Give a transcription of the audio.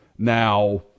Now